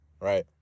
right